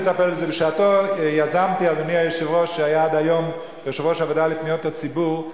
והצוות, ביקורת